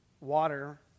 water